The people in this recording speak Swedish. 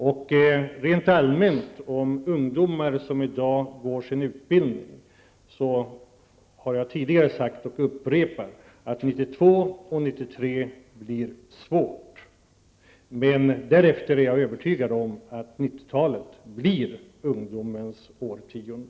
När det gäller ungdomar som i dag genomgår en utbildning har jag också tidigare sagt att 1992 och 1993 blir svåra år. Men jag är övertygad om att 90 talet därefter blir ungdomens årtionde.